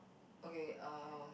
okay um